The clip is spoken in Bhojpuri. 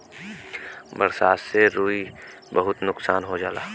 बरसात से रुई क बहुत नुकसान हो जाला